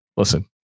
Listen